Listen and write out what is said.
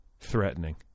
Threatening